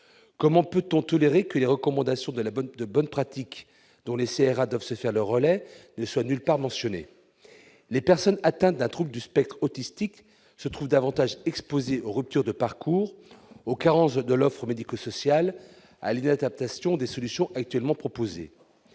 Comment peut-on tolérer que les recommandations de bonne pratique dont les CRA doivent se faire le relais ne soient nulle part mentionnées ? Les personnes atteintes d'un trouble du spectre autistique se trouvent davantage exposées aux ruptures de parcours, aux carences de l'offre médico-sociale, à l'inadaptation des solutions actuellement proposées.